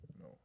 no